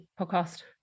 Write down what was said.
podcast